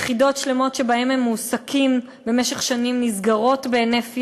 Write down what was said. יחידות שלמות שבהן הם מועסקים במשך שנים נסגרות בהינף יד,